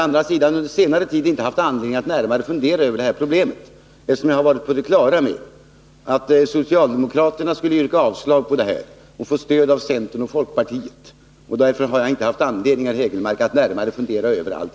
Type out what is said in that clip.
Å andra sidan har jag under senare tid inte haft anledning att närmare fundera över problemet, eftersom jag har varit på det klara med att socialdemokraterna skulle yrka avslag på förslaget och få stöd av centern och folkpartiet.